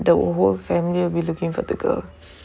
the whole family will be looking for the girl